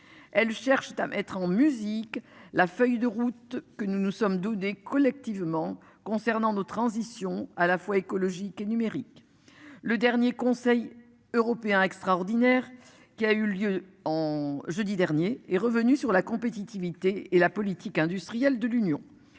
Elle cherche à mettre en musique la feuille de route que nous nous sommes donnés collectivement concernant de transition à la fois écologique et numérique. Le dernier conseil européen extraordinaire qui a eu lieu en jeudi dernier est revenu sur la compétitivité et la politique industrielle de l'union